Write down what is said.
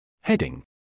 Heading